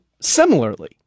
similarly